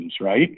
right